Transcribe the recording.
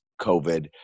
COVID